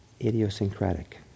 idiosyncratic